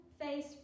Face